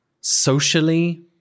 socially